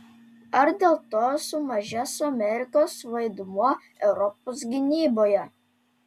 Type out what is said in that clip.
ar dėl to sumažės amerikos vaidmuo europos gynyboje